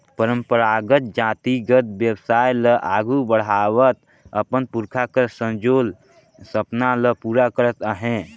परंपरागत जातिगत बेवसाय ल आघु बढ़ावत अपन पुरखा कर संजोल सपना ल पूरा करत अहे